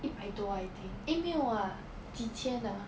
一百多 I think eh 没有 ah 几千 ah